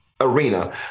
arena